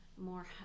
more